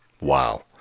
Wow